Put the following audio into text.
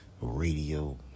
Radio